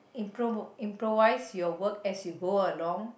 impro~ improvise your work as you go along